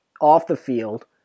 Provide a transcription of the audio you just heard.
off-the-field